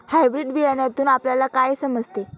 Hybrid बियाण्यातून आपल्याला काय समजते?